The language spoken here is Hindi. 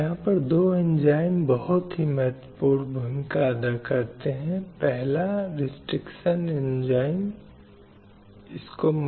ये अधिकार मानव अस्तित्व के मूल में निहित हैं और यह बहुत महत्वपूर्ण है कि इनमें से प्रत्येक अधिकार समाज में स्वस्थ रहने के लिए बनाए रखा जाए